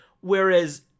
Whereas